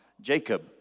Jacob